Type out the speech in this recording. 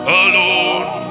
alone